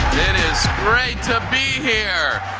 it is great to be here.